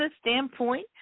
standpoint